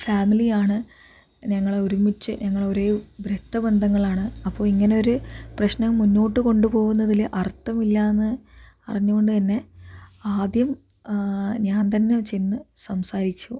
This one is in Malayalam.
ഫാമിലിയാണ് ഞങ്ങൾ ഒരുമിച്ച് ഞങ്ങൾ ഒരേ രക്തബന്ധങ്ങളാണ് അപ്പോൾ ഇങ്ങനെ ഒര് പ്രശ്നം മുന്നോട്ടു കൊണ്ടുപോകുന്നതില് അർത്ഥമില്ലയെന്ന് അറിഞ്ഞുകൊണ്ട് തന്നെ ആദ്യം ഞാൻ തന്നെ ചെന്ന് സംസാരിച്ചു